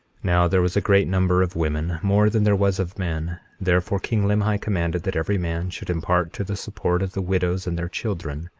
now there was a great number of women, more than there was of men therefore king limhi commanded that every man should impart to the support of the widows and their children,